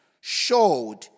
showed